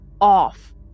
off